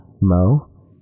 Mo